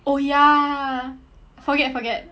oh ya forget forget